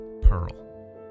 pearl